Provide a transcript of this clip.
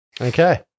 Okay